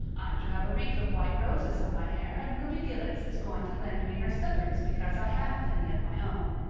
i'm to have a wreath of white roses on my hair and ruby gillis is going to lend me her slippers because i haven't any of my own.